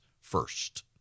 first